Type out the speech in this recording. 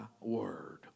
word